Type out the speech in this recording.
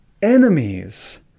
enemies